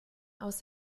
aus